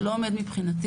זה לא עומד מבחינתי,